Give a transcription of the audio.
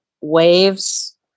waves